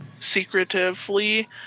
secretively